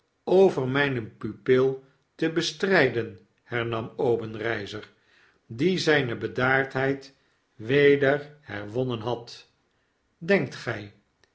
over myne pupil te bestryden hernam obenreizer die zijne bedaardheid weder herwonnen had denkt gy